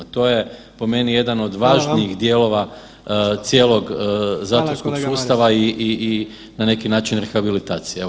To je po meni jedan od važnijih dijelova cijelog zatvorskog sustava i na neki način rehabilitacije.